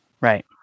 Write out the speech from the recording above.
right